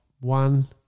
one